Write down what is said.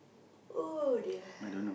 oh dear